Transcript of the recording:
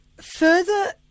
further